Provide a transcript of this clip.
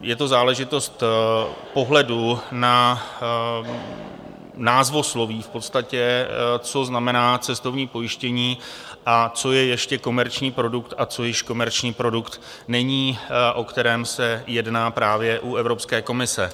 Je to záležitost pohledu na názvosloví, v podstatě co znamená cestovní pojištění, co je ještě komerční produkt a co již komerční produkt není, o kterém se jedná právě u Evropské komise.